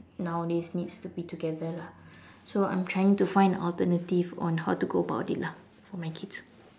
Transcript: nowadays needs to be together lah so I'm trying to find alternative on how to go about it lah for my kids